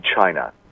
China